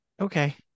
Okay